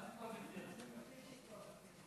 לא, למה?